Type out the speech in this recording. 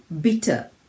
bitter